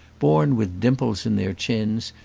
born with dimples in their chins,